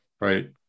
right